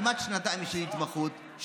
כמעט שנתיים של התמחות,